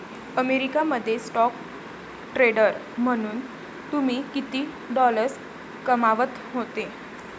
America मध्ये stock trader म्हणून तुम्ही किती डॉलर्स कमावत होते